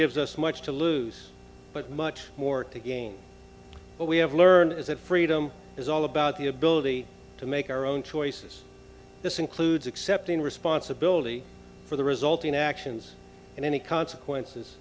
gives us much to lose but much more to gain what we have learned is that freedom is all about the ability to make our own choices this includes accepting responsibility for the resulting actions and any consequences